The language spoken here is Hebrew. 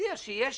להציע שיהיה